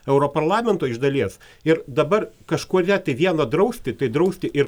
europarlamento iš dalies ir dabar kažkurią tai vieną drausti tai drausti ir